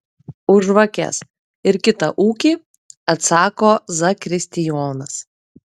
už žvakes ir kitą ūkį atsako zakristijonas